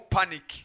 panic